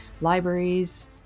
libraries